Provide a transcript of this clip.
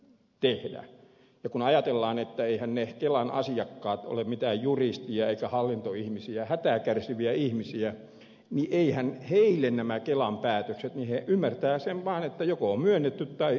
ja kun ajatellaan että eiväthän ne kelan asiakkaat ole mitään juristeja eivätkä hallintoihmisiä vaan hätää kärsiviä ihmisiä niin eiväthän heille nämä kelan päätökset kerro mitään he ymmärtävät vaan sen että joko on myönnetty tai kielletty